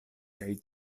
kaj